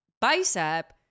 bicep